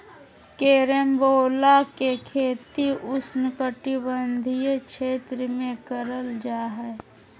carambola के खेती उष्णकटिबंधीय क्षेत्र में करल जा हय